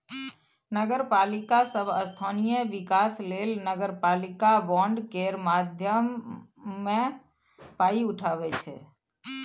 नगरपालिका सब स्थानीय बिकास लेल नगरपालिका बॉड केर माध्यमे पाइ उठाबै छै